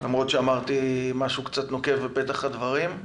למרות שאמרתי משהו קצת נוקב בפתח הדברים.